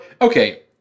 okay